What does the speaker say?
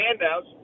handouts